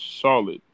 solid